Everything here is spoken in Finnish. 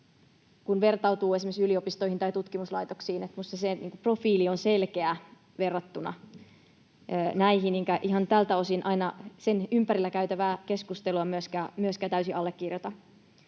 verrattuna esimerkiksi yliopistoihin tai tutkimuslaitoksiin. Minusta sen profiili on selkeä verrattuna näihin, enkä ihan tältä osin aina sen ympärillä käytävää keskustelua myöskään täysin allekirjoita.